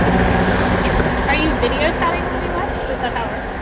and check it out are you video chatting while you watch? is that hower?